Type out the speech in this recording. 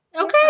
Okay